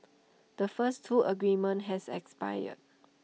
the first two agreements has expired